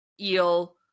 eel